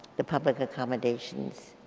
the public accommodations